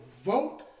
vote